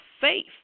faith